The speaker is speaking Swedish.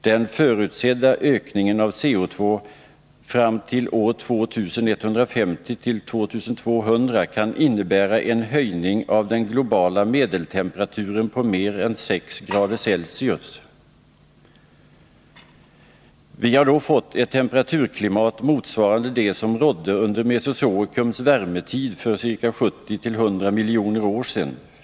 Den förutsedda ökningen av CO, fram till år 2150-2200 kan innebära en höjning av den globala medeltemperaturen på mer än 6”C. Vi har då fått ett temperaturklimat motsvarande det som rådde under mesozoikums värmetid för 70 till 100 miljoner år sedan.